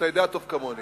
אתה יודע טוב כמוני.